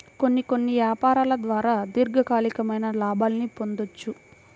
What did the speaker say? కొన్ని కొన్ని యాపారాల ద్వారా దీర్ఘకాలికమైన లాభాల్ని పొందొచ్చు